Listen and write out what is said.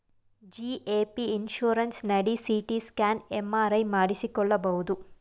GAP insurance ನಡಿ C T scan, M R I ಮಾಡಿಸಿಕೊಳ್ಳಬಹುದು